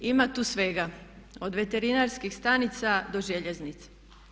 Ima tu svega od veterinarskih stanica do željeznice.